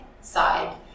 side